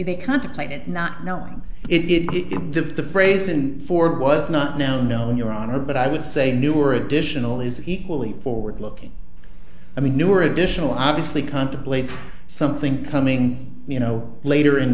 they contemplate it not knowing it if the phrase in for was not now known your honor but i would say new or additional is equally forward looking i mean new or additional obviously contemplates something coming you know later in